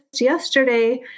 yesterday